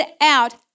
out